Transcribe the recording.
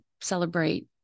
celebrate